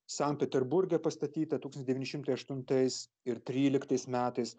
sankt peterburge pastatyta tūkstantis devyni šimtai aštuntais ir tryliktais metais